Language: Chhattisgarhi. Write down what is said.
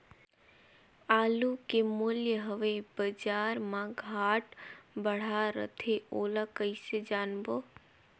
आलू के मूल्य हवे बजार मा घाट बढ़ा रथे ओला कइसे जानबो?